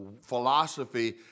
philosophy